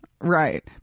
Right